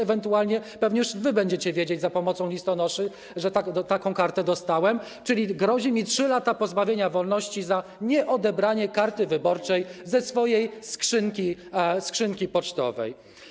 Ewentualnie pewnie już wy będziecie wiedzieć dzięki pomocy listonoszy, że taką kartę dostałem, czyli grożą mi 3 lata pozbawienia wolności za nieodebranie karty wyborczej ze swojej skrzynki pocztowej.